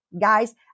guys